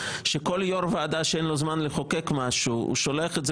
שכל יושב ראש ועדה שאין לו זמן לחוקק משהו שולח את זה